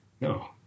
no